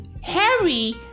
Harry